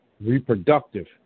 reproductive